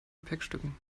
gepäckstücken